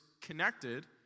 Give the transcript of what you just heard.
connected